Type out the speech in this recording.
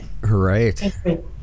right